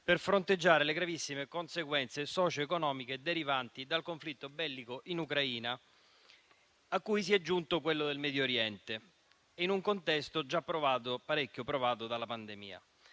per fronteggiare le gravissime conseguenze socio economiche derivanti dal conflitto bellico in Ucraina, a cui si è aggiunto quello del Medio Oriente, in un contesto già parecchio provato dalla pandemia.